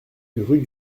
rue